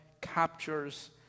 captures